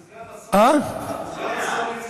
סגן השר ליצמן.